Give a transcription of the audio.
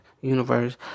universe